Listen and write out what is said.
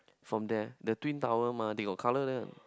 from there the twin tower mah they got color there